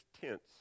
tents